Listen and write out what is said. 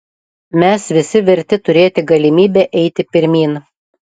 mes visi verti turėti galimybę eiti pirmyn